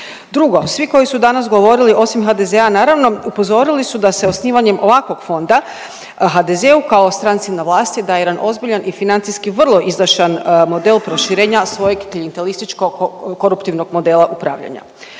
Drugo svi koji su danas govorili osim HDZ-a naravno, upozorili su da se osnivanjem ovakvog fonda HDZ-u kao stranci na vlasti daje jedan ozbiljan i financijski vrlo izdašan model proširenja svojeg klijentelističko koruptivnog modela upravljanja.